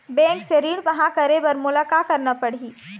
Bank से ऋण पाहां करे बर मोला का करना पड़ही?